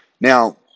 Now